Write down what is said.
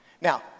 Now